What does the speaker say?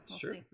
sure